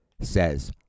says